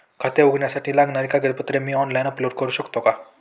खाते उघडण्यासाठी लागणारी कागदपत्रे मी ऑनलाइन अपलोड करू शकतो का?